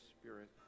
Spirit